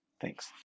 Thanks